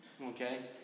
Okay